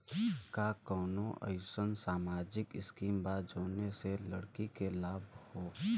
का कौनौ अईसन सामाजिक स्किम बा जौने से लड़की के लाभ हो?